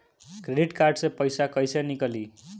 Credit card से पईसा केइसे निकली?